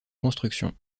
construction